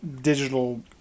digital